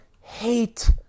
hate